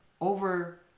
over